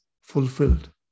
fulfilled